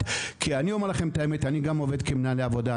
כי אני אומר לכם את האמת אני גם עובד כמנהל עבודה,